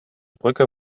brücke